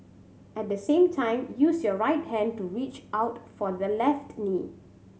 at the same time use your right hand to reach out for the left knee